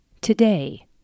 Today